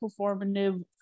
performative